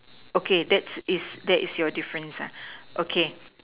okay that is that is your difference ah okay